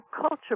culture